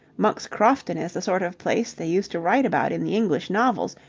monk's crofton is the sort of place they used to write about in the english novels.